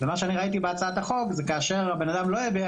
ומה שאני ראיתי בהצעת החוק זה כאשר בן אדם לא הביע